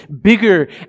bigger